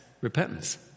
repentance